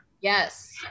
Yes